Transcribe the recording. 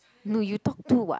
no you talk too [what]